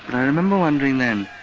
i remember wondering then,